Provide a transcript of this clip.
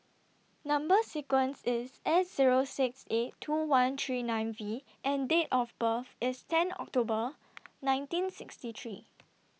Number sequence IS S Zero six eight two one three nine V and Date of birth IS ten October nineteen sixty three